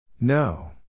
No